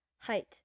Height